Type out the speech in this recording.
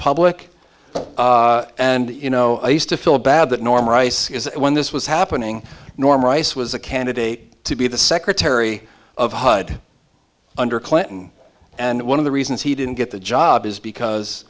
public and you know i used to feel bad that norm rice is when this was happening norm rice was a candidate to be the secretary of hud under clinton and one of the reasons he didn't get the job is because